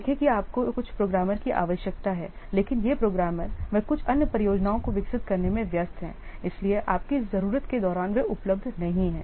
देखें कि अब आपको कुछ प्रोग्रामर की आवश्यकता है लेकिन ये प्रोग्रामर वे कुछ अन्य परियोजनाओं को विकसित करने में व्यस्त हैं इसलिए आपकी जरूरत के दौरान वे उपलब्ध नहीं हैं